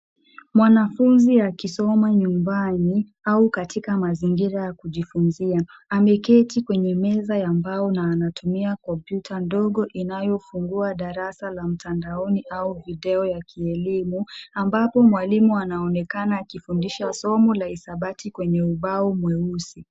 Mwanafunzi akisoma nyumbani au katika mazingira ya kujifunzia. Ameketi kwenye meza ya mbao na anatumia kompyuta ndogo inayofungua darasa la mtandaoni au video ya kielimu ambapo mwalimu anaonekana akifundisha somo la hesabati kwenye ubao mweusi.